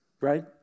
right